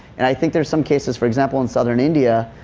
and i think there are some cases, for example, in southern india